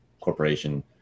corporation